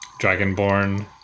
dragonborn